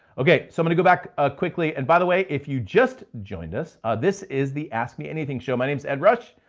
okay, so i'm gonna go back ah quickly and by the way, if you just joined us, this is the ask me anything show. my name is ed rush,